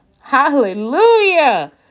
Hallelujah